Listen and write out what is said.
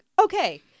okay